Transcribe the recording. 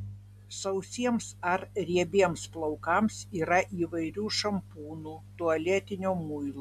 sausiems ar riebiems plaukams yra įvairių šampūnų tualetinio muilo